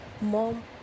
Mom